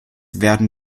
werden